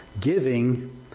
Giving